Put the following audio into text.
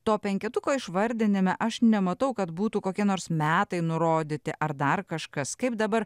to penketuko išvardinime aš nematau kad būtų kokie nors metai nurodyti ar dar kažkas kaip dabar